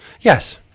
Yes